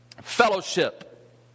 fellowship